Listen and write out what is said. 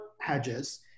hedges